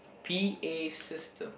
p_a system